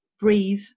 breathe